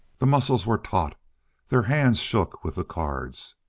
the muscles were taut their hands shook with the cards.